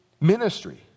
ministry